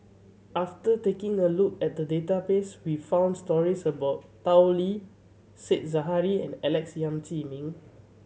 after taking a look at the database we found stories about Tao Li Said Zahari and Alex Yam Ziming